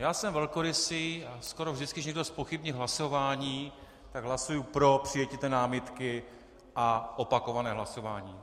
Já jsem velkorysý a skoro vždycky, když někdo zpochybní hlasování, tak hlasuji pro přijetí té námitky a opakované hlasování.